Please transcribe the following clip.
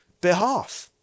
behalf